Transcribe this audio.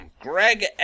Greg